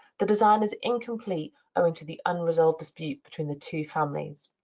the design is incomplete owing to the unresolved dispute between the two families.